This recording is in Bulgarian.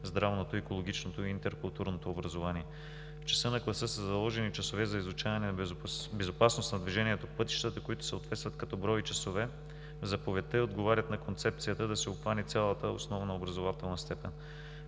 здравното, екологичното и интеркултурното образование. В часа на класа са заложени часове за изучаване на „Безопасност на движението по пътищата“, които съответстват като брой часове в заповедта и отговарят на концепцията да се обхване цялата основна образователна степен.